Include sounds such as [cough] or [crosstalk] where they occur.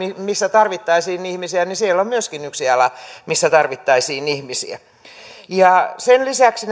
missä tarvittaisiin ihmisiä niin siellä on myöskin yksi ala missä tarvittaisiin ihmisiä sen lisäksi [unintelligible]